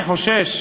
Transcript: אני חושש